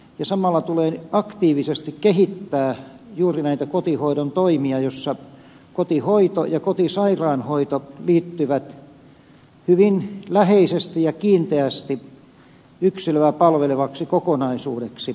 samalla tulee aktiivisesti kehittää juuri näitä kotihoidon toimia joissa kotihoito ja kotisairaanhoito liittyvät hyvin läheisesti ja kiinteästi yksilöä palvelevaksi kokonaisuudeksi